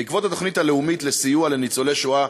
בעקבות התוכנית הלאומית לסיוע לניצולי שואה,